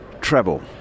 treble